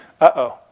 uh-oh